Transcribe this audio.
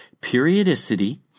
periodicity